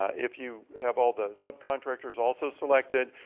ah if you have all the subcontractors also selected,